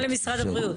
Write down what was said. אני מפנה למשרד הבריאות.